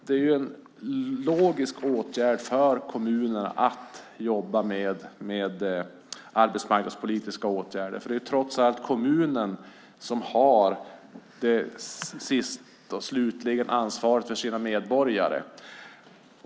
Det är ju en logisk åtgärd för kommunerna att jobba med arbetsmarknadspolitiska åtgärder, för det är trots allt kommunen som har det slutliga ansvaret för sina medborgare.